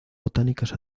botánicas